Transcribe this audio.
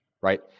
right